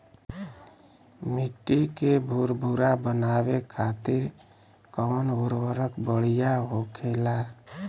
मिट्टी के भूरभूरा बनावे खातिर कवन उर्वरक भड़िया होखेला?